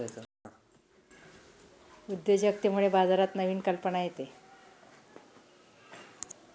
उद्योजकतेमुळे बाजारात नवीन कल्पना येते